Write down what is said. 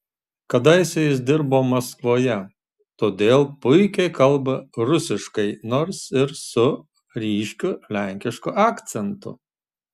kadaise jis dirbo maskvoje todėl puikiai kalba rusiškai nors ir su ryškiu lenkišku akcentu